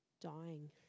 dying